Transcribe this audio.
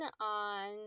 on